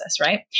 right